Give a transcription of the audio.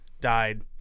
died